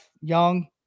young